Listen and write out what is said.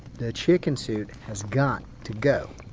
the chicken suit has got to go.